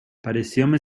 parecióme